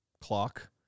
clock